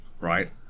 right